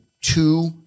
two